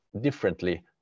differently